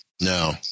no